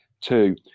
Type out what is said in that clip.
Two